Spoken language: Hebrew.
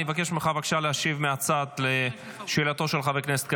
אני מבקש ממך בבקשה להשיב מהצד על שאלתו של חבר הכנסת קריב.